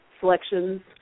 Selections